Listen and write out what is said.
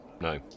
no